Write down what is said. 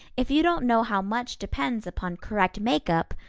if you don't know how much depends upon correct makeup,